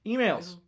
Emails